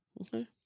Okay